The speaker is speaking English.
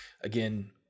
again